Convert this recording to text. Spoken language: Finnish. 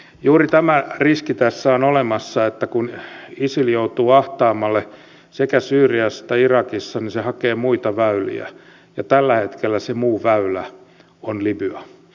juuri tämä riski tässä on olemassa että kun isil joutuu ahtaammalle sekä syyriassa että irakissa niin se hakee muita väyliä ja tällä hetkellä se muu väylä on libya